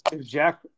Jack